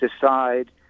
decide